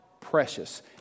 precious